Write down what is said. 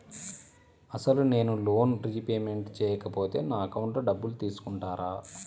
అసలు నేనూ loan repayment చేయకపోతే నా అకౌంట్లో డబ్బులు తీసుకుంటారా?